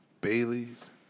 Bailey's